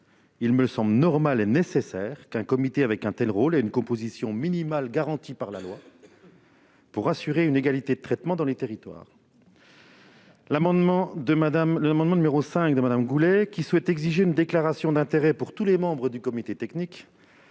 Il me semble normal et nécessaire qu'un comité doté d'un tel rôle ait une composition minimale garantie par la loi, pour assurer une égalité de traitement dans les territoires. L'amendement n° 5 rectifié a quant à lui pour objet d'exiger une déclaration d'intérêts pour tous les membres du comité technique.